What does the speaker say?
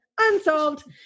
Unsolved